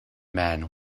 man